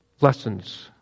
lessons